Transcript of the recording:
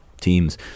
teams